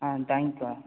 ஆ தேங்க்ஸ்க்கா